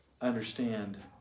understand